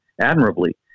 admirably